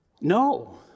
No